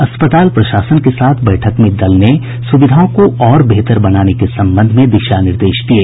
अस्पताल प्रशासन के साथ बैठक में दल ने सूविधाओं को और बेहतर बनाने के संबंध में दिशा निर्देश दिये